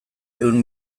ehun